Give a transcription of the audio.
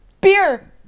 Beer